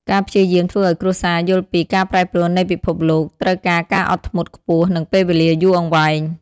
ការព្យាយាមធ្វើឱ្យគ្រួសារយល់ពី "ការប្រែប្រួលនៃពិភពលោក" ត្រូវការការអត់ធ្មត់ខ្ពស់ និងពេលវេលាយូរអង្វែង។